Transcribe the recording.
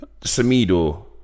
Samido